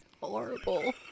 Horrible